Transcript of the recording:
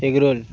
egg roll